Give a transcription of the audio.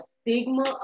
stigma